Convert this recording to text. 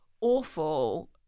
awful